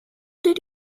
did